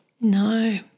No